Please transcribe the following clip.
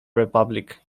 republic